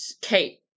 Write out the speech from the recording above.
kate